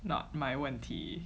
not my 问题